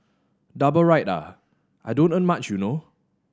double ride ah I don't earn much you know